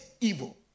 evil